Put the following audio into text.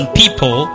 people